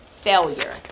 failure